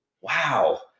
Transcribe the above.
wow